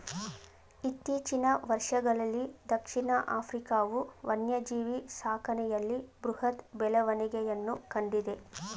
ಇತ್ತೀಚಿನ ವರ್ಷಗಳಲ್ಲೀ ದಕ್ಷಿಣ ಆಫ್ರಿಕಾವು ವನ್ಯಜೀವಿ ಸಾಕಣೆಯಲ್ಲಿ ಬೃಹತ್ ಬೆಳವಣಿಗೆಯನ್ನು ಕಂಡಿದೆ